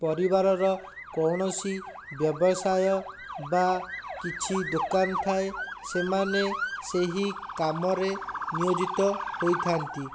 ପରିବାରର କୌଣସି ବ୍ୟବସାୟ ବା କିଛି ଦୋକାନ ଥାଏ ସେମାନେ ସେହି କାମରେ ନିୟୋଜିତ ହୋଇଥାନ୍ତି